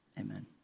Amen